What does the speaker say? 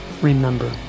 remember